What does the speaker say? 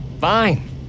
Fine